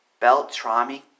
Beltrami